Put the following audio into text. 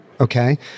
Okay